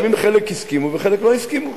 גם אם חלק הסכימו וחלק לא הסכימו,